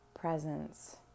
presence